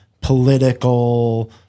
political